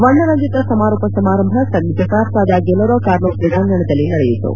ವರ್ಣರಂಜಿತ ಸಮಾರೋಪ ಸಮಾರಂಭ ಜಕಾರ್ತದ ಗೆಲೋರಾ ಕಾರ್ನೋ ಕ್ರೀಡಾಂಗಣದಲ್ಲಿ ನಡೆಯಿತು